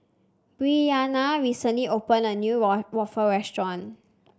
Bryanna recently opened a new wool waffle restaurant